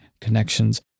connections